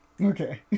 Okay